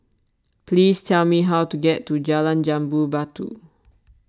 please tell me how to get to Jalan Jambu Batu